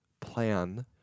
plan